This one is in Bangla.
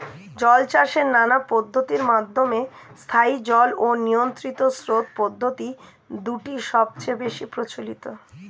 জলচাষের নানা পদ্ধতির মধ্যে স্থায়ী জল ও নিয়ন্ত্রিত স্রোত পদ্ধতি দুটি সবচেয়ে বেশি প্রচলিত